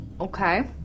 Okay